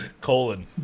colon